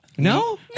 No